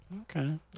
Okay